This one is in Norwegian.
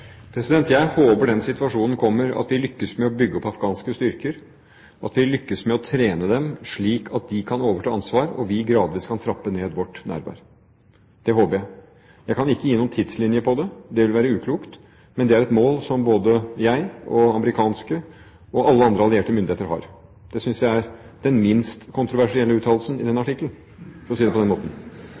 håper den situasjonen kommer at vi lykkes med å bygge opp afghanske styrker, at vi lykkes med å trene dem slik at de kan overta ansvar, og at vi gradvis kan trappe ned vårt nærvær. Det håper jeg. Jeg kan ikke gi noen tidslinje for det – det ville være uklokt – men det er et mål som både jeg, amerikanske og alle andre allierte myndigheter har. Det synes jeg er den minst kontroversielle uttalelsen i den artikkelen, for å